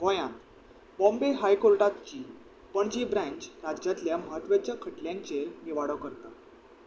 गोंयांत बॉम्बे हायकोर्टाची पणजी ब्रांच राज्यांतल्या म्हत्वेच्या खटल्यांचेर निवाडो करता